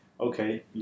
okay